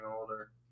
older